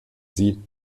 sie